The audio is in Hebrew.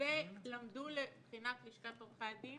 ולמדו לבחינת לשכת עורכי הדין